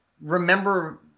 remember –